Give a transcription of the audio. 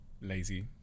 lazy